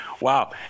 wow